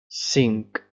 cinc